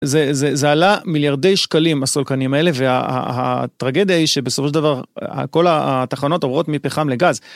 זה עלה מיליארדי שקלים, הסולקנים האלה, והטרגדיה היא שבסופו של דבר כל התחנות עוברות מפחם לגז.